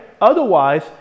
Otherwise